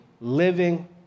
living